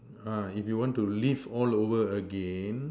ah if you want to relive all over again